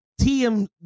TM